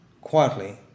quietly